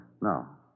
No